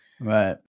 Right